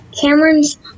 Cameron's